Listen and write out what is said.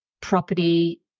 Property